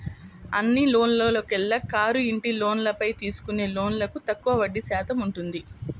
అన్ని లోన్లలోకెల్లా కారు, ఇంటి లోన్లపై తీసుకునే లోన్లకు తక్కువగా వడ్డీ శాతం ఉంటుంది